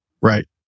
right